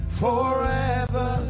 forever